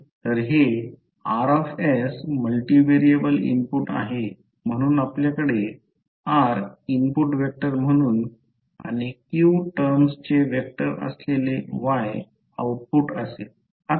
तर हे R multivariable input आहे म्हणून आपल्याकडे R इनपुट व्हेक्टर म्हणून आणि q टर्म्सचे व्हेक्टर असलेले Y आउटपुट असेल